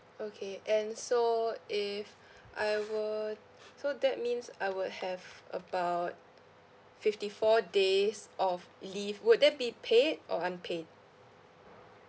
okay and so if I would so that means I would have about fifty four days of leave would that be paid or unpaid